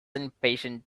impatient